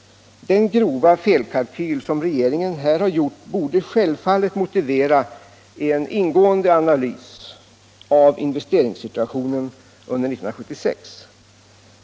Den grova felkalkyl som regeringen här har gjort borde självfallet motivera en ingående analys av investeringssituationen under 1976.